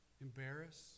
embarrassed